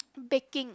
baking